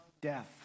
death